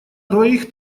двоих